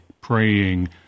praying